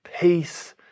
peace